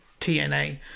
TNA